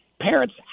parents